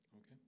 Okay